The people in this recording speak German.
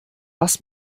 was